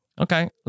okay